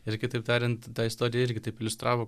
ir kitaip tariant tą istoriją irgi taip iliustravo